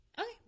Okay